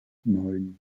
neun